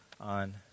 on